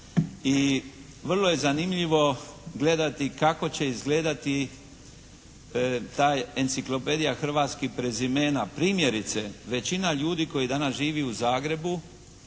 I vrlo je zanimljivo gledati kako će izgledati taj "Enciklopedija hrvatskih prezimena". Primjerice većina ljudi koja danas živi u Zagrebu